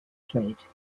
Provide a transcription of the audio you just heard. trade